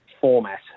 format